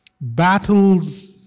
battles